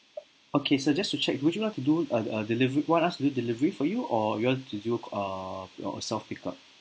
okay sir just to check would you like to do uh uh delivery want us to do delivery for you or you want to do err your self pick up